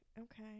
Okay